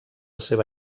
seva